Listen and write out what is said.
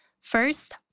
First